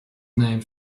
named